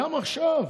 גם עכשיו